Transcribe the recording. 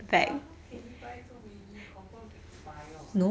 but how can he buy so many confirm expire [what]